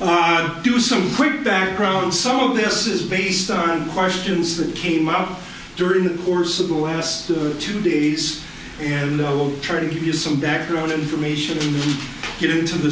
on a do some quick background some of this is based on questions that came up during the course of the west of today's and i will try to give you some background information and get into the